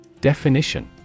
Definition